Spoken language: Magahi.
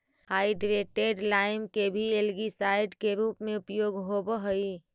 हाइड्रेटेड लाइम के भी एल्गीसाइड के रूप में उपयोग होव हई